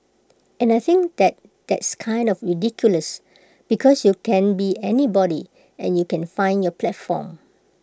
and I think that that's kind of ridiculous because you can be anybody and you can find your platform